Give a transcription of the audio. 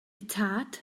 tad